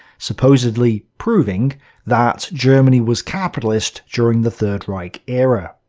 supposedly proving that germany was capitalist during the third reich era.